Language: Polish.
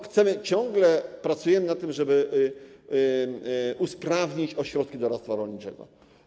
Ciągle pracujemy nad tym, żeby usprawnić ośrodki doradztwa rolniczego.